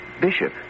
Bishop